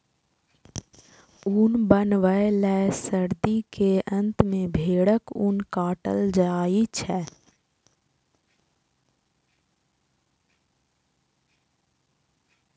ऊन बनबै लए सर्दी के अंत मे भेड़क ऊन काटल जाइ छै